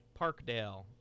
Parkdale